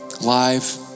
live